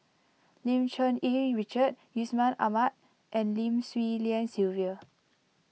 Lim Cherng Yih Richard Yusman Aman and Lim Swee Lian Sylvia